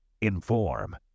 Inform